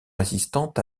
résistante